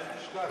אל תשכח,